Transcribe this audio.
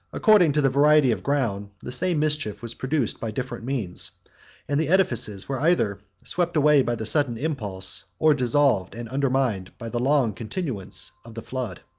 according to the variety of ground, the same mischief was produced by different means and the edifices were either swept away by the sudden impulse, or dissolved and undermined by the long continuance, of the flood.